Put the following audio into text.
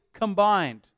combined